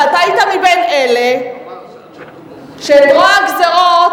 ואתה היית בין אלה שנתנו יד לרוע הגזירות,